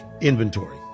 inventory